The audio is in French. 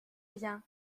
rien